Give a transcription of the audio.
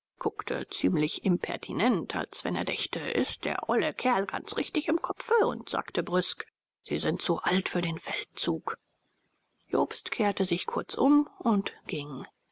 guckte ziemlich impertinent als wenn er dächte ist der olle kerl ganz richtig im kopfe und sagte brüsk sie sind zu alt für den feldzug jobst kehrte sich kurz um und ging